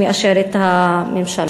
שמאשרת הממשלה,